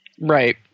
Right